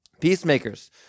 Peacemakers